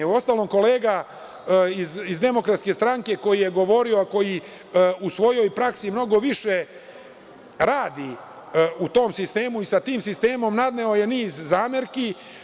Uostalom, kolega iz DS koji je govorio, a koji u svojoj praksi mnogo više radi u tom sistemu i sa tim sistemom, naveo je niz zamerki.